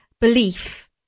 belief